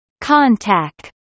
contact